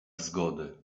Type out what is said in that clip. zgody